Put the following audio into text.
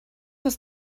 was